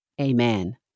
Amen